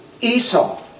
Esau